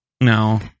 no